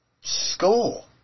school